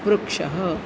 वृक्षः